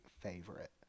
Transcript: favorite